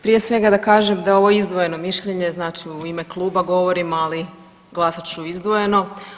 Prije svega da kažem da je ovo izdvojeno mišljenje, znači u ime kluba govorim, ali glasat ću izdvojeno.